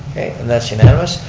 and that's unanimous.